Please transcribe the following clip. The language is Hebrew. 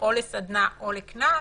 או לסדנה או לקנס,